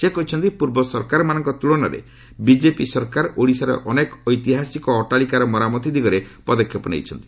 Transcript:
ସେ କହିଛନ୍ତି ପୂର୍ବ ସରକାରମାନଙ୍କ ତୁଳନାରେ ବିଜେପି ସରକାର ଓଡ଼ିଶାର ଅନେକ ଐତିହାସିକ ଅଟ୍ଟାଳିକାର ମରାମତି ଦିଗରେ ପଦକ୍ଷେପ ନେଇଛନ୍ତି